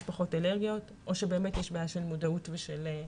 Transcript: פחות אלרגיות או שבאמת יש בעיה של מודעות וזכאות.